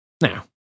Now